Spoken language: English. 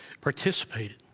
participated